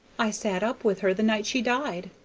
i sat up with her the night she died,